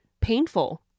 painful